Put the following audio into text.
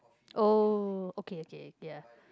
oh okay okay okay ya